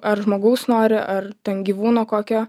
ar žmogaus nori ar ten gyvūno kokio